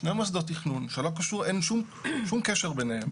שני מוסדות תכנון שאין שום קשר ביניהם